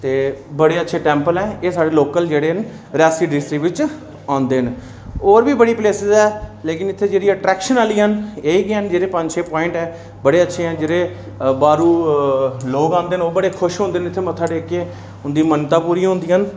बड़े अच्छे टैंपल ऐ साढ़े लोकल जेह्ड़े न रियासी डिस्टिक बिच औंदे न और बी बड़ी इत्थै जेह्ड़ी अट्रैक्शन आह्लियां न एह् ह्यां जेह्ड़ियां पंज छे पोआइट ऐ बड़े अच्छे ऐ जेह्ड़े बाह्रू लोक आदे न ओह् बड़े खुश होंदे न इत्थै मत्था टेकियै उंदी मन्नता पूरियां होंदिया न